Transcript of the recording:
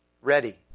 Ready